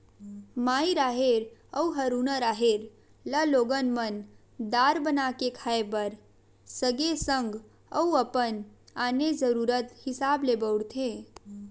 माई राहेर अउ हरूना राहेर ल लोगन मन दार बना के खाय बर सगे संग अउ अपन आने जरुरत हिसाब ले बउरथे